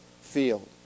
field